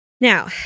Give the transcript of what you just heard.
Now